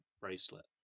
bracelet